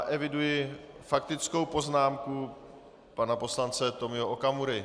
Eviduji faktickou poznámku pana poslance Tomia Okamury.